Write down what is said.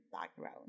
background